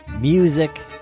music